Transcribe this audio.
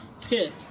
pit